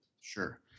sure